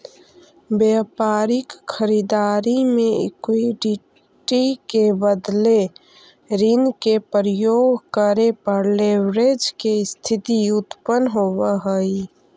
व्यापारिक खरीददारी में इक्विटी के बदले ऋण के प्रयोग करे पर लेवरेज के स्थिति उत्पन्न होवऽ हई